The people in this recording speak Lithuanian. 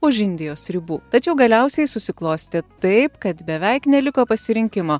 už indijos ribų tačiau galiausiai susiklostė taip kad beveik neliko pasirinkimo